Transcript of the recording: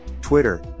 Twitter